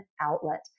outlet